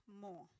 more